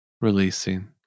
Releasing